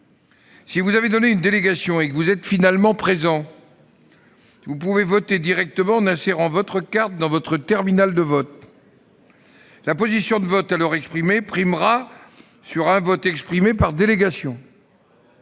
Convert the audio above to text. Si vous avez donné une délégation et que vous êtes finalement présent, vous pouvez voter directement en insérant votre carte dans votre terminal de vote. La position de vote alors exprimée primera sur un vote exprimé par délégation.